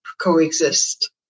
coexist